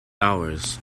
hours